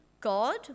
God